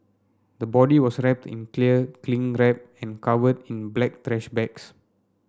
the body was wrapped in clear cling wrap and covered in black trash bags